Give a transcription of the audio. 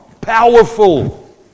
Powerful